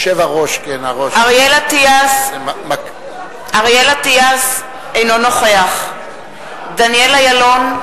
בעד אריאל אטיאס, אינו נוכח דניאל אילון,